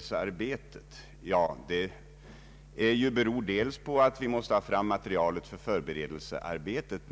sig bl.a. på att vi måste ha fram material för förberedelsearbetet.